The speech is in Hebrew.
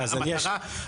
המטרה,